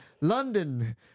London